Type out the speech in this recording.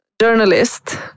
journalist